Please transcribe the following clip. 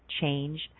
change